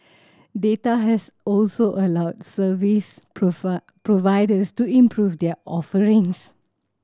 data has also allowed service providers to improve their offerings